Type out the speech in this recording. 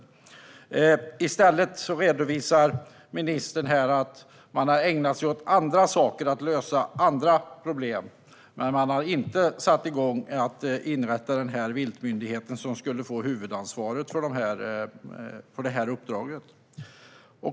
Ministern redovisar här att man har ägnat sig åt att lösa andra problem, men man har inte satt igång med att inrätta den viltmyndighet som skulle få huvudsvaret för det här uppdraget.